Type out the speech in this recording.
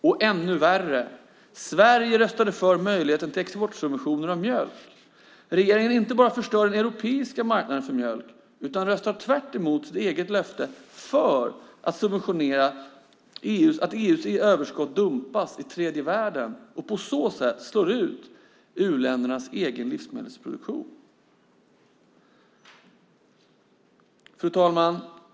Och ännu värre: Sverige röstade för möjligheten till exportsubventioner av mjölk. Regeringen inte bara förstör den europeiska marknaden för mjölk utan röstar tvärtemot sitt eget löfte för att subventionera att EU:s överskott dumpas i tredje världen och på så sätt slår ut u-ländernas egen livsmedelsproduktion. Fru talman!